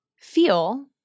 feel